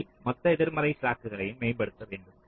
முதலில் மொத்த எதிர்மறை ஸ்லாக்யையும் மேம்படுத்த வேண்டும்